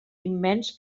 immens